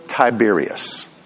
Tiberius